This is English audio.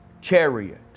chariot